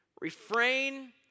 Refrain